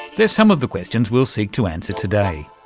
they're some of the questions we'll seek to answer today.